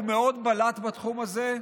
הוא מאוד בלט בתחום הזה,